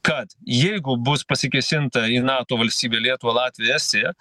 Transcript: kad jeigu bus pasikėsinta į nato valstybę lietuvą latviją estiją